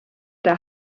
der